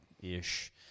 ish